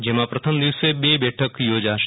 જેમાં પ્રથમ દિવસે બે બૈઠક યોજશે